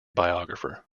biographer